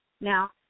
now